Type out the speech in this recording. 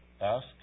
Ask